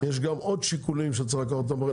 יש גם עוד שיקולים שצריך לקחת אותם בחשבון.